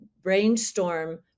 brainstorm